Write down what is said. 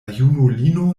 junulino